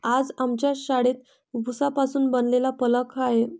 आज आमच्या शाळेत उसापासून बनवलेला फलक आहे